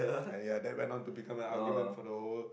!aiya! then when on to become an argument for the whole